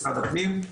משרד הפנים.